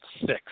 six